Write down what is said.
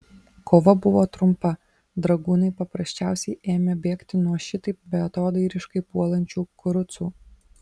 kova buvo trumpa dragūnai paprasčiausiai ėmė bėgti nuo šitaip beatodairiškai puolančių kurucų